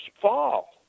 fall